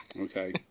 Okay